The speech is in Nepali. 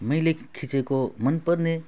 मैले खिचेको मन पर्ने